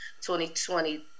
2020